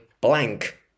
blank